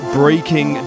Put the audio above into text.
breaking